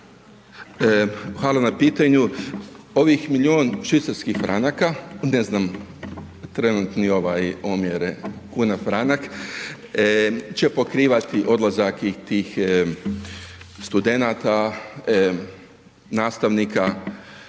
Hvala na pitanju, ovim milion švicarskih franaka, ne znam trenutni ovaj omjere kuna, franak će pokrivati odlazak i tih studenata, nastavnika.